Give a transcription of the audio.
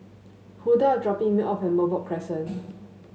Hulda dropping me off at Merbok Crescent